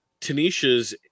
tanisha's